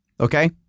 okay